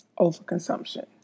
overconsumption